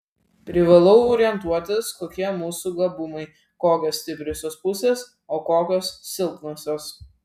privalau orientuotis kokie mūsų gabumai kokios stipriosios pusės o kokios silpnosios